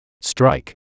strike